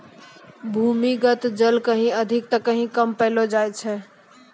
भूमीगत जल कहीं अधिक त कहीं कम पैलो जाय छै